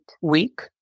week